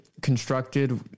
constructed